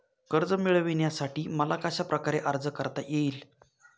कर्ज मिळविण्यासाठी मला कशाप्रकारे अर्ज करता येईल?